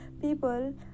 people